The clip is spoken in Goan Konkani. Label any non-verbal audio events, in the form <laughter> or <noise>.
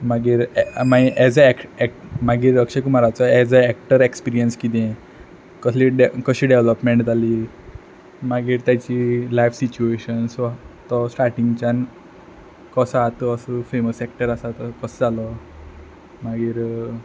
मागीर मागीर एज <unintelligible> मागीर अक्षय कुमाराचो एज अ एक्टर एक्सपिरीयन्स कितें कसली कशी डॅवलपमेंट जाली मागीर ताची लायफ सिट्युएशन्स <unintelligible> तो स्टार्टिंगच्यान कसो आतां असो फॅमस एक्टर आसा तो कसो जालो मागीर